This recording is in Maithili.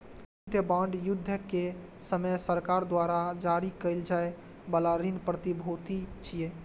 युद्ध बांड युद्ध के समय सरकार द्वारा जारी कैल जाइ बला ऋण प्रतिभूति छियै